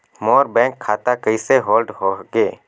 मोर bank खाता कइसे hold होगे?